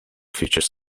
features